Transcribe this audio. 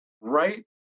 right